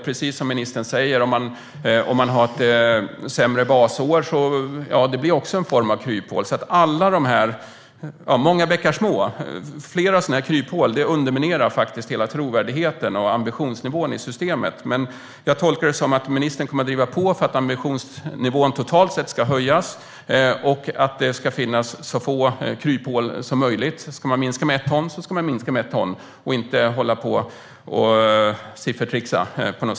Precis som ministern säger blir det också en form av kryphål om man utgår från ett sämre basår. Alla kryphål underminerar hela trovärdigheten och ambitionsnivån i systemet. Men jag tolkar det som att ministern kommer att driva på för att ambitionsnivån totalt sett ska höjas och att det ska finnas så få kryphål som möjligt: Ska man minska med ett ton ska man göra det och inte hålla på och siffertrixa!